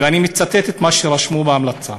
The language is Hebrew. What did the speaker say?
ואני מצטט את מה שרשמו בהמלצה: